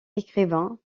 écrivain